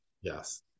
Yes